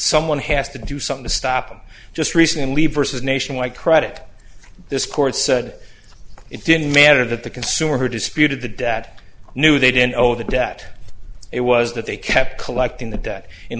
someone has to do something to stop them just recently versus nationwide credit this court said it didn't matter that the consumer who disputed the debt knew they didn't owe the debt it was that they kept collecting the d